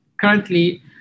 currently